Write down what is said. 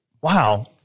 wow